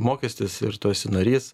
mokestis ir tu esi narys